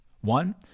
One